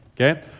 Okay